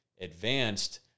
advanced